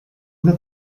una